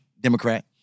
Democrat